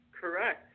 Correct